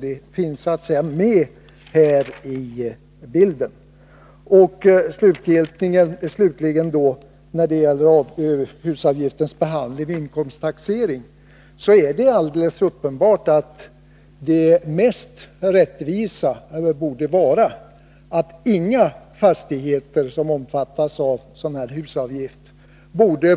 Det finns således med i bilden. Slutligen skall jag ta upp husavgiftens behandling vid inkomsttaxering. Det borde vara uppenbart att det mest rättvisa systemet är att ingen fastighetsägare som omfattas av denna avgift